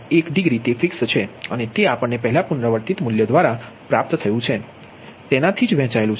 1 તે ફિક્સ છે અને તે આપણને પહેલા પુનરાવર્તિત મૂલ્ય દ્વારા જે કંઈપણ મળ્યું છે તેનાથી વહેંચાયેલું છે કે જે V2 બરાબર 0